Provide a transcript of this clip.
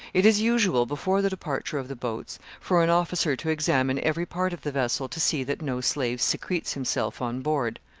it is usual, before the departure of the boats, for an officer to examine every part of the vessel to see that no slave secretes himself on board.